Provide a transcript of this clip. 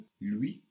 lui